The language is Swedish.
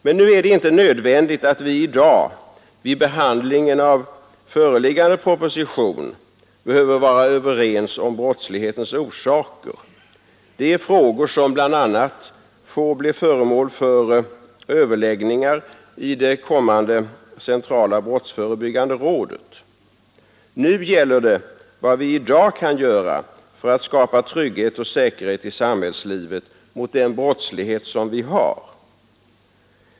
Nu är det emellertid inte nödvändigt att vi i dag vid behandlingen av föreliggande proposition behöver vara överens om brottslighetens orsaker. Det är en fråga som bl.a. får bli föremål för överläggningar i det kommande centrala brottsförebyggande rådet. Nu gäller det vad vi i dag kan göra för att skapa trygghet och säkerhet i samhällslivet mot den brottslighet som vi har.